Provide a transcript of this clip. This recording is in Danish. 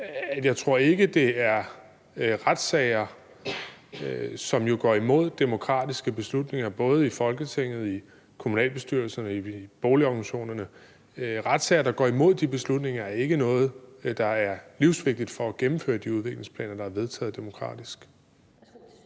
jeg ikke tror, at retssager, som jo går imod demokratiske beslutninger både i Folketinget, i kommunalbestyrelserne og i boligorganisationerne, ikke er noget, der er livsvigtig for at gennemføre de udviklingsplaner, der er vedtaget demokratisk.